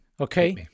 Okay